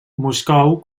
moscou